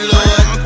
Lord